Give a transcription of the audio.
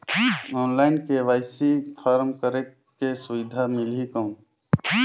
Online KYC form करेके सुविधा मिली कौन?